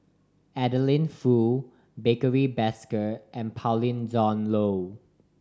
Adeline Foo Barry Desker and Pauline Dawn Loh